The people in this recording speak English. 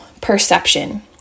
perception